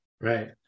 Right